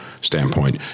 Standpoint